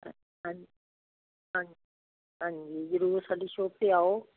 ਹਾਂਜੀ ਹਾਂ ਹਾਂਜੀ ਜ਼ਰੂਰ ਸਾਡੀ ਸ਼ੋਪ 'ਤੇ ਆਓ